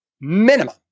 minimum